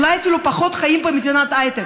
אולי אפילו פחות חיים במדינת הייטק,